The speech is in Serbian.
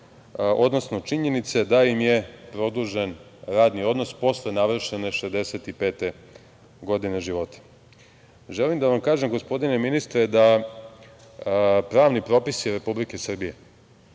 odnosno činjenice da im je produžen radni odnos posle navršene 65 godine života. Želim da vam kažem, gospodine ministre, da pravni propisi Republike Srbije